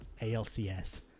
ALCS